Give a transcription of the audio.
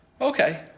okay